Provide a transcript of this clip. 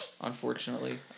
unfortunately